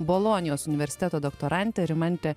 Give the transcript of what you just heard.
bolonijos universiteto doktorante rimante